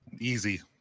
Easy